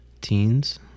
teens